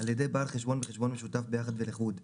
על ידי בא החשבון בחשבון משותף ביחד ולחוד,